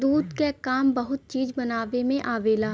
दूध क काम बहुत चीज बनावे में आवेला